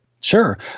Sure